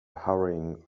hurrying